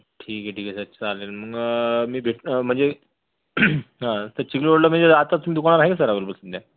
ठीक आहे ठीक आहे सर तर चालेल मग मी भेट म्हणजे तर चिखली रोडला मी आता तुम्ही दुकानावर आहे का सर अव्हेलेबल सध्या